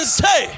say